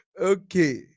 Okay